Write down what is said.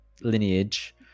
lineage